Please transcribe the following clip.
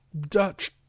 dutch